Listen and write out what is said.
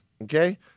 Okay